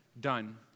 done